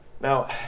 Now